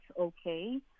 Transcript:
okay